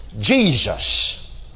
Jesus